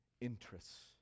interests